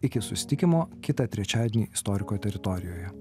iki susitikimo kitą trečiadienį istoriko teritorijoje